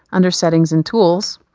under settings and tools,